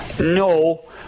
No